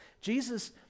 Jesus